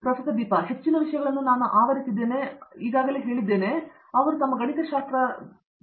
ದೀಪಾ ವೆಂಕಟೇಶ್ ಆದ್ದರಿಂದ ನಾವು ಹೆಚ್ಚಿನದನ್ನು ಆವರಿಸಿದೆವು ಅವರು ತಮ್ಮ ಗಣಿತಶಾಸ್ತ್ರವನ್ನು ಮಾಡಬೇಕಾಗಿದೆ